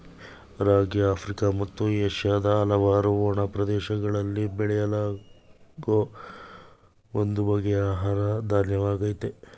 ರಾಗಿ Africa ಮತ್ತು ಏಷ್ಯಾದ ಹಲವಾರು ಒಣ ಪ್ರದೇಶಗಳಲ್ಲಿ ಬೆಳೆಯಲಾಗೋ ಒಂದು ಬಗೆಯ ಆಹಾರ ಧಾನ್ಯವಾಗಯ್ತೆ